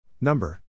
Number